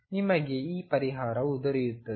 ನಿಮಗೆ ಈಗ ಪರಿಹಾರವು ದೊರೆಯುತ್ತದೆ